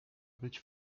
być